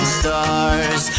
stars